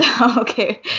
Okay